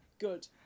Good